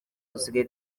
dusigaye